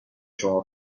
شما